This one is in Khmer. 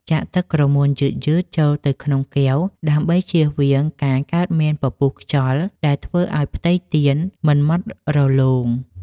ចាក់ទឹកក្រមួនយឺតៗចូលទៅក្នុងកែវ ដើម្បីជៀសវាងការកើតមានពពុះខ្យល់ដែលធ្វើឱ្យផ្ទៃទៀនមិនម៉ត់រលោង។